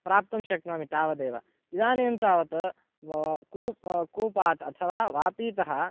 प्राप्तुं शक्नोमि तावदेव इदानीं तावत् कू कूपात् अथवा वापीतः